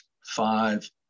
five